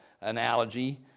analogy